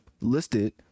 listed